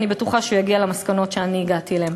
ואני בטוחה שהוא יגיע למסקנות שאני הגעתי אליהן.